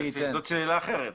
זאת שאלה אחרת,